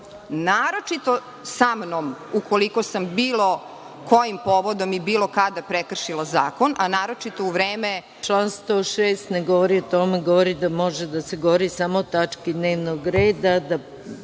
naročito sa mnom ukoliko sam bilo kojim povodom i bilo kada prekršila zakon, a naročito u vreme…